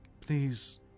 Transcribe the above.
please